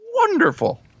wonderful